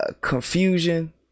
confusion